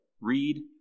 Read